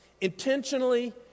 Intentionally